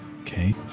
Okay